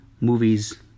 movies